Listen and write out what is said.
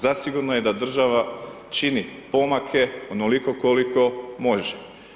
Zasigurno je da država čini pomake onoliko koliko može.